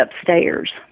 upstairs